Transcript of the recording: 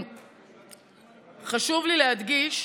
חשוב לי להדגיש,